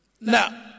Now